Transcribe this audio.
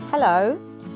Hello